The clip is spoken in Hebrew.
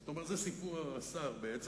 זאת אומרת זה סיפור הרס"ר בעצם.